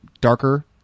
darker